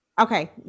Okay